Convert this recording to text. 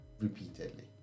repeatedly